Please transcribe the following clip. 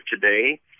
today